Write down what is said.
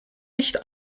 nicht